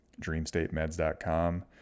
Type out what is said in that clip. dreamstatemeds.com